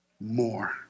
More